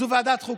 זו ועדת חוקה.